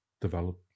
develop